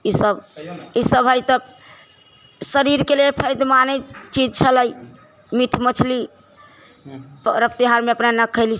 ई सभ ई सभ हइ तऽ शरीरके लिए फाएदेमानित चीज छलै मीट मछली परब तिहारमे अपना नहि खएली